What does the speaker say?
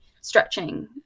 stretching